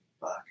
Fuck